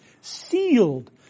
Sealed